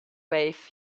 wave